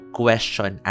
question